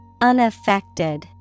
Unaffected